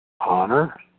Honor